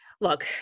look